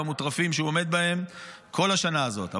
המוטרפים שהוא עומד בהם כל השנה הזאת,